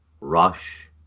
Rush